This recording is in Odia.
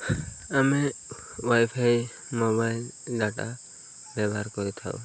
ଆମେ ୱାଇଫାଇ ମୋବାଇଲ୍ ଡାଟା ବ୍ୟବହାର କରିଥାଉ